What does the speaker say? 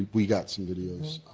we got some videos,